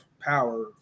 power